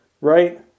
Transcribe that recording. Right